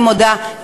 אני מודה,